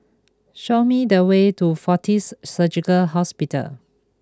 show me the way to Fortis Surgical Hospital